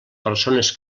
persones